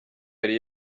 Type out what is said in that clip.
yari